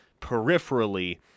peripherally